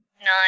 Nine